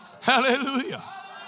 Hallelujah